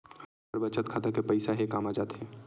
हमर बचत खाता के पईसा हे कामा जाथे?